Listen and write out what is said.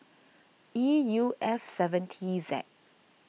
E U F seven T Z